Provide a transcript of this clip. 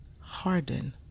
harden